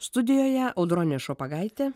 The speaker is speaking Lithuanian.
studijoje audronė šopagaitė